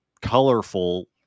colorful